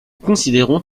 considérons